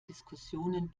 diskussionen